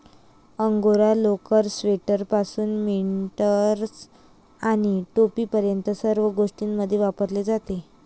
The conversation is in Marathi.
अंगोरा लोकर, स्वेटरपासून मिटन्स आणि टोपीपर्यंत सर्व गोष्टींमध्ये वापरली जाते